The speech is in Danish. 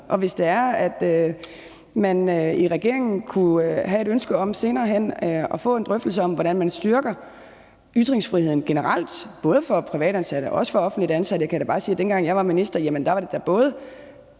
også hvis man i regeringen kunne have et ønske om senere hen at få en drøftelse af, hvordan man styrker ytringsfriheden generelt, både for privatansatte og for offentligt ansatte. Jeg kan bare sige, at dengang jeg var minister, var det ikke